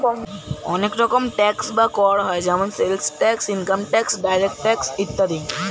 অনেক রকম ট্যাক্স বা কর হয় যেমন sales tax, income tax, direct tax ইত্যাদি